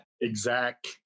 exact